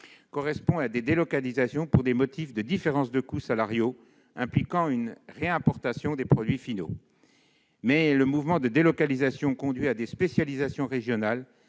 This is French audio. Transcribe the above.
correspondent à des délocalisations motivées par des différences de coûts salariaux et impliquant la réimportation des produits finaux. Néanmoins, le mouvement de délocalisation conduit à des spécialisations régionales